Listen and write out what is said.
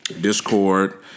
discord